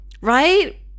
right